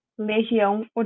Legião